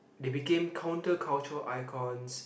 they became counterculture icons